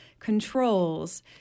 controls